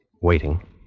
waiting